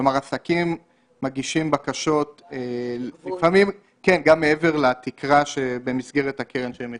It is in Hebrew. לפעמים העסקים מגישים בקשות מעבר לתקרה במסגרת הקרן.